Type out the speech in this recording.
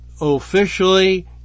officially